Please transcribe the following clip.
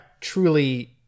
truly